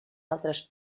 altres